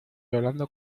hablando